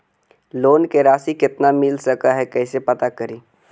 Loan के रासि कितना मिल सक है कैसे पता करी?